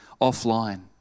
offline